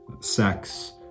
sex